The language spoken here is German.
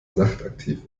nachtaktiv